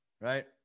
Right